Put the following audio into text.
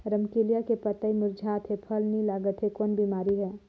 रमकलिया के पतई मुरझात हे फल नी लागत हे कौन बिमारी हे?